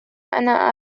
أنا